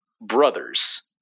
brothers